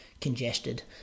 congested